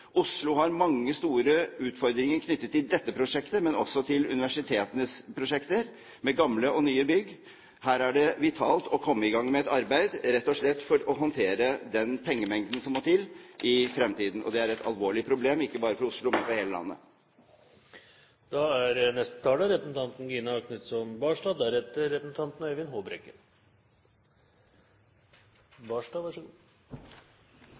Oslo har mange store utfordringer knyttet til dette prosjektet, men også til universitetenes prosjekter, med gamle og nye bygg. Her er det vitalt å komme i gang med et arbeid rett og slett for å håndtere den pengemengden som må til i fremtiden. Og det er et alvorlig problem ikke bare for Oslo, men for hele landet.